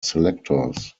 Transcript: selectors